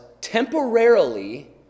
temporarily